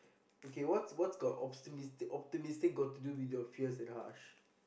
okay what's what's got optimistic optimistic got to do with your fierce and harsh